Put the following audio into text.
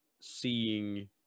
seeing